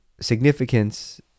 significance